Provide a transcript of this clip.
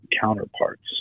counterparts